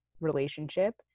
relationship